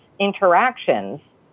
interactions